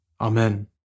Amen